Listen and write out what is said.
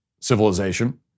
civilization